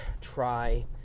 try